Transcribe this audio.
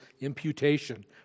imputation